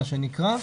מה שנקרא.